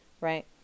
right